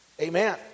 amen